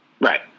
Right